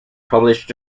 published